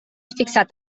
fixat